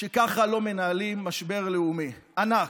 שככה לא מנהלים משבר לאומי ענק,